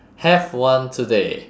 have one today